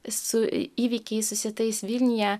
su įvykiais susietais vilniuje